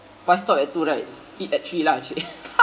why stop at two right eat at three lah